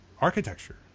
architecture